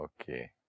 Okay